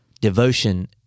Devotion